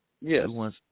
Yes